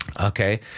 okay